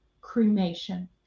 cremation